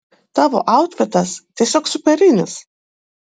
tavo autfitas tiesiog superinis